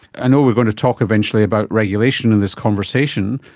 i know we're going to talk eventually about regulation in this conversation,